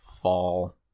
fall